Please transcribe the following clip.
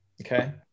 okay